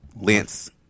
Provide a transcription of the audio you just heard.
Lance